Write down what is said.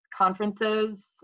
Conferences